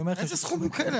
מה זה סכומים כאלה?